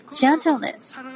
gentleness